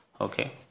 Okay